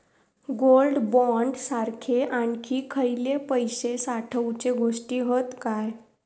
Gold bond सारखे आणखी खयले पैशे साठवूचे गोष्टी हत काय?